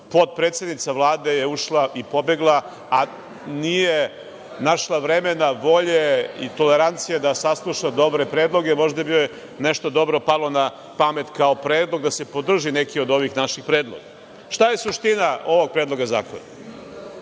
potpredsednica Vlade je ušla i pobegla, a nije našla vremena, volje i tolerancije da sasluša dobre predloge. Možda bi joj nešto dobro palo na pamet kao predlog da se podrži neki od ovih naših predloga. Šta je suština ovog Predloga zakona?